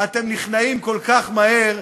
אתם נכנעים כל כך מהר,